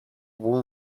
wall